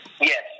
Yes